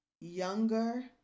younger